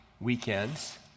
weekends